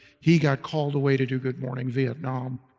he got called away to do good morning vietnam.